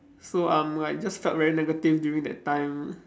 so I'm like just felt really negative during that time